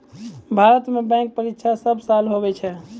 भारत मे बैंक परीक्षा सब साल हुवै छै